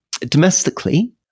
domestically